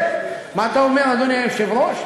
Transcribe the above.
מה אתה אומר, אדוני היושב-ראש?